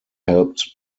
helped